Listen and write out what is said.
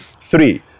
Three